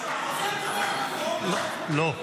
--- לא.